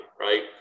Right